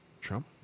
Trump